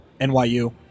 NYU